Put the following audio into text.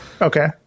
Okay